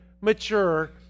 mature